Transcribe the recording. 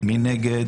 מי נגד.